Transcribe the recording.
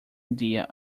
idea